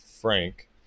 frank